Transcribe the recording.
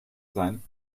sein